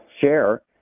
share